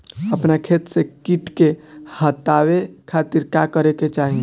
अपना खेत से कीट के हतावे खातिर का करे के चाही?